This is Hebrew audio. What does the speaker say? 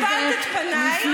את גם הלבנת את פניי.